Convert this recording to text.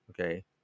okay